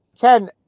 Ken